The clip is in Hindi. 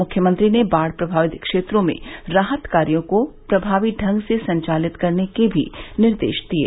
मुख्यमंत्री ने बाढ़ प्रभावित क्षेत्रों में राहत कार्यो को प्रभावी ढंग से संचालित करने के भी निर्देश दिये